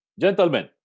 Gentlemen